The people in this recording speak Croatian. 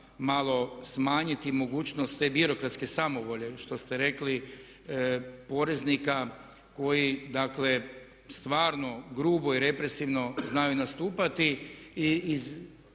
malo smanjiti mogućnost te birokratske samovolje što ste rekli poreznika koji dakle stvarno grubo i represivno znaju nastupati i iz